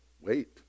Wait